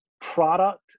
product